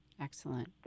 Excellent